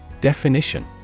definition